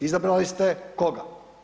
Izabrali ste koga?